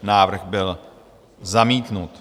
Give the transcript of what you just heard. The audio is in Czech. Návrh byl zamítnut.